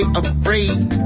afraid